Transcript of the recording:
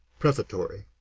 prefatory